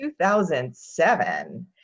2007